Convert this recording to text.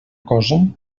cosa